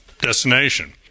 destination